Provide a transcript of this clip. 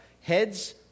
heads